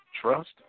trust